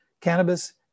Cannabis